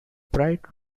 bright